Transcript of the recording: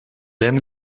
aime